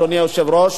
אדוני היושב-ראש.